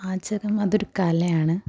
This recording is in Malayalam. പാചകം അതൊരു കലയാണ്